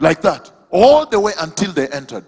like that all the way until the enter